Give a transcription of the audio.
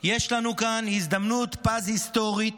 יש לנו כאן הזדמנות פז היסטורית,